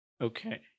Okay